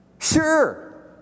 Sure